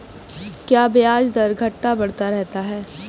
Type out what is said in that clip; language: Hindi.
क्या ब्याज दर घटता बढ़ता रहता है?